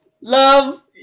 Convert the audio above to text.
Love